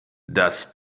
das